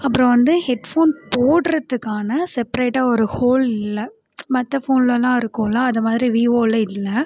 அப்புறம் வந்து ஹெட்ஃபோன் போடுறதுக்கான செப்பரேட்டாக ஒரு ஹோல் இல்லை மற்ற ஃபோன்லலாம் இருக்கும்ல அதை மாதிரி வீவோல இல்லை